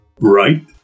right